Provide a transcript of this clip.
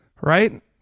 right